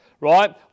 right